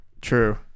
true